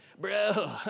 bro